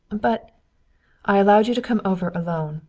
but i allowed you to come over alone.